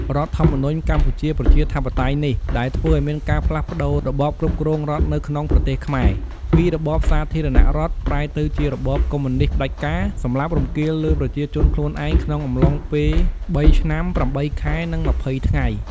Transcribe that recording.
រដ្ឋធម្មនុញ្ញ កម្ពុជាប្រជាធិបតេយ្យនេះ ដែលធ្វើឲ្យមានការផ្លាសស់ប្តូររបបគ្រប់គ្រងរដ្ឋនៅក្នុងប្រទេសខ្មែរ ពីរបបសារធារណរដ្ឋ ប្រែទៅជារបសកុម្មុយនីស្តផ្តាច់ការ សម្លាប់រង្គាលលើប្រជាជនខ្លួនឯង ក្នុងអំឡុងពេលបីឆ្នាំ ៨ខែ និង ២០ថ្ងៃ។